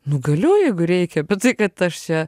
nu galiu jeigu reikia bet tai kad aš čia